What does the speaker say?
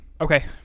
Okay